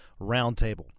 Roundtable